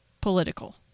political